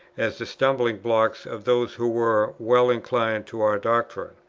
as the stumbling-blocks of those who were well inclined to our doctrines.